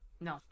No